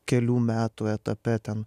kelių metų etape ten